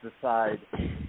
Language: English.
decide